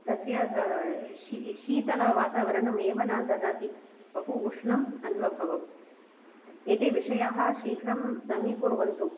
तस्य शी शीतलं वातावरणम् एव न ददाति बहु उष्णम् अन्वभवम् एते विषयाः शीघ्रं समीकुर्वन्तु